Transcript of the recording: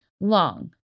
long